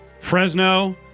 Fresno